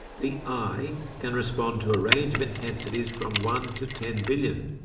the eye can respond to a range of intensities from one to ten billion,